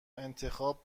انتخاب